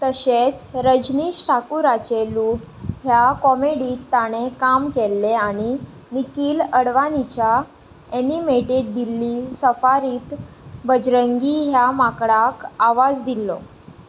तशेंच रजनीश ठाकुराचे लूट ह्या कॉमेडींत ताणें काम केल्लें आनी निखील अडवाणीच्या एनिमेटेड दिल्ली सफारींत बजरंगी ह्या माकडाक आवाज दिल्लो